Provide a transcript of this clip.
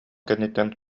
кэнниттэн